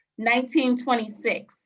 1926